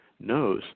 Knows